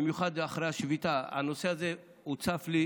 במיוחד אחרי השביתה הנושא הזה הוצף לי.